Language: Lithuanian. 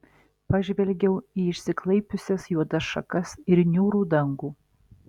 pažvelgiau į išsiklaipiusias juodas šakas ir niūrų dangų